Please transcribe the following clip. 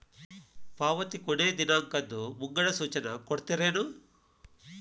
ಪಾವತಿ ಕೊನೆ ದಿನಾಂಕದ್ದು ಮುಂಗಡ ಸೂಚನಾ ಕೊಡ್ತೇರೇನು?